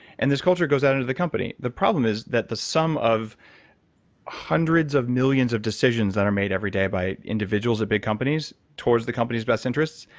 and this culture goes out into the company. the problem is that the sum of hundreds of millions of decisions that are made every day by individuals at big companies, towards the companies' best interests,